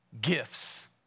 Gifts